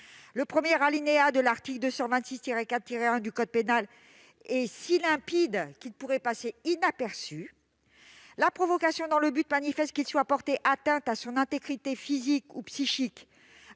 le premier alinéa de l'article 226-4-1-1 du code pénal est si limpide qu'elle pourrait passer inaperçue :« La provocation, dans le but manifeste qu'il soit porté atteinte à son intégrité physique ou psychique,